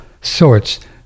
sorts